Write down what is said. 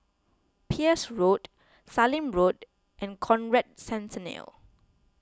Peirce Road Sallim Road and Conrad Centennial